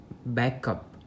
backup